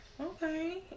okay